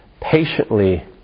patiently